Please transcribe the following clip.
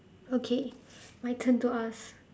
okay my turn to ask